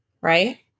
Right